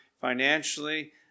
financially